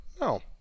no